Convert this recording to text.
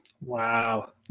wow